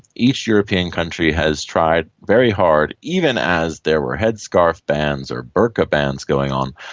each european country has tried very hard, even as there were headscarf bans or burka bans going on,